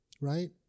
right